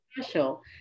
special